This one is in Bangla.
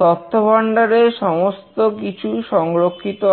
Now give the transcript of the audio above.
তথ্যভাণ্ডারে সমস্ত কিছু সংরক্ষিত আছে